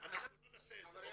אנחנו לא נעשה את זה.